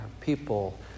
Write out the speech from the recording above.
people